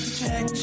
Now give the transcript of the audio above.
check